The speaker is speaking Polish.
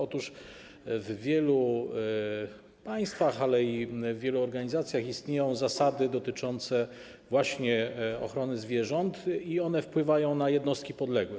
Otóż w wielu państwach, ale też w wielu organizacjach istnieją zasady dotyczące właśnie ochrony zwierząt i one wpływają na jednostki podległe.